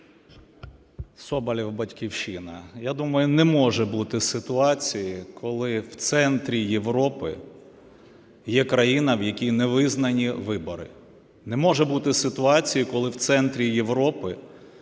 Соболоєв, "Батьківщина". Я думаю, не може бути ситуації, коли в центрі Європи є країна, в якій не визнані вибори. Не може бути ситуації, коли в центрі Європи